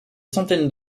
centaines